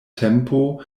tempo